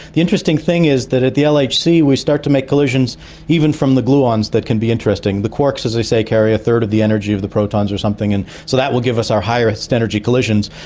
the interesting thing is that at the like lhc we start to make collisions even from the gluons that can be interesting. the quarks, as i say, carry a third of the energy of the protons or something, and so that will give us our highest energy collisions,